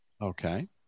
Okay